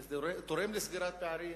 זה תורם לסגירת פערים,